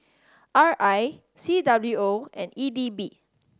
R I C W O and E D B